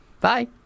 bye